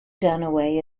dunaway